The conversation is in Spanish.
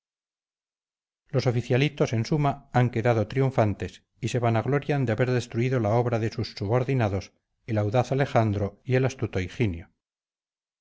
los oficialitos en suma han quedado triunfantes y se vanaglorian de haber destruido la obra de sus subordinados el audaz alejandro y el astuto higinio